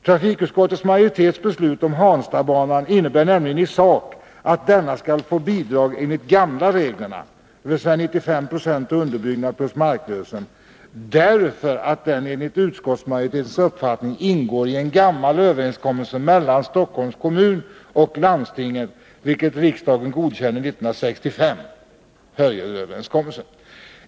Trafikutskottets majoritets beslut om Hanstabanan innebär nämligen i sak att denna skall få bidrag enligt de gamla reglerna — dvs. 95 9 till underbyggnad plus marklösen — därför att den enligt utskottsmajoritetens uppfattning ingår i en gammal överenskommelse mellan Stockholms kommun och landstinget vilken riksdagen godkände 1965, den s.k. Hörjelöverenskommelsen.